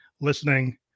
listening